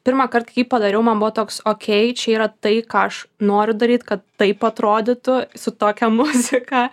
pirmąkart kai jį padariau man buvo toks okei čia yra tai ką aš noriu daryt kad taip atrodytų su tokia muzika